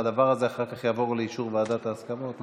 הדבר הזה אחר כך יעבור לאישור ועדת ההסכמות.